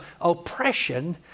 oppression